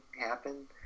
happen